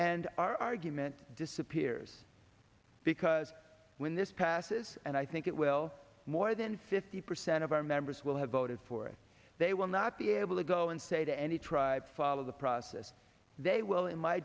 and our argument disappears because when this passes and i think it will more than fifty percent of our members will have voted for it they will not be able to go and say to any tribe follow the process they will in my